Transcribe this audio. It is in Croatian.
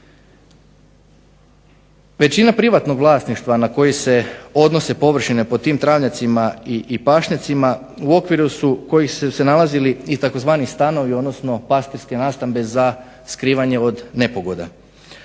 Većina privatnog vlasništva na koje se odnose površine po tim travnjacima i pašnjacima u okviru su u kojima su se nalazili tzv. stanovi odnosno pastirske nastambe za skrivanje od nepogoda.